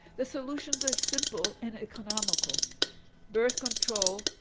the solutions are simple and economical birth control